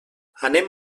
anem